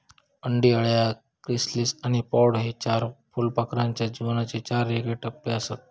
अंडी, अळ्या, क्रिसालिस आणि प्रौढ हे चार फुलपाखराच्या जीवनाचे चार येगळे टप्पेआसत